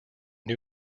new